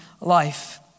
life